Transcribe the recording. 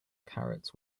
carrots